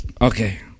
Okay